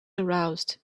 aroused